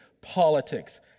politics